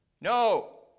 No